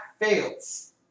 fails